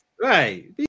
Right